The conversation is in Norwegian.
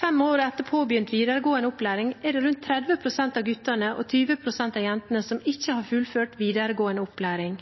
Fem år etter påbegynt videregående opplæring er det rundt 30 pst. av guttene og 20 pst. av jentene som ikke har fullført videregående opplæring.